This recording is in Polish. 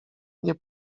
nie